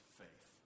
faith